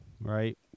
Right